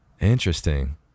Interesting